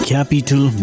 Capital